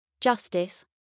justice